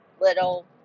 little